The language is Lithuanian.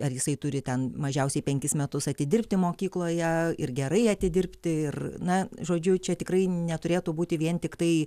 ar jisai turi ten mažiausiai penkis metus atidirbti mokykloje ir gerai atidirbti ir na žodžiu čia tikrai neturėtų būti vien tiktai